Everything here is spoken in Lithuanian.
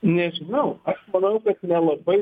nežinau aš manau kad nelabai